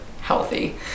healthy